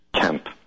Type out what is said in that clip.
camp